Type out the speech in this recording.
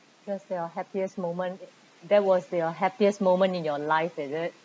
that's your happiest moment that was your happiest moment in your life is it